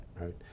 Right